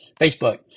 facebook